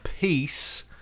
peace